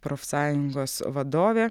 profsąjungos vadovė